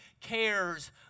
cares